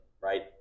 right